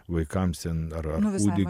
vaikams ten ar kūdikiams